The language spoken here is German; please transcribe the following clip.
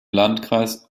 landkreis